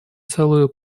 целую